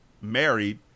married